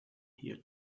here